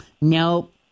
Nope